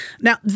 Now